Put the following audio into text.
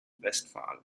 westphal